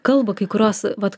kalba kai kurios vat